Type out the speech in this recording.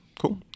cool